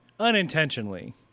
unintentionally